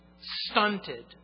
Stunted